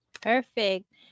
Perfect